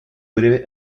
breve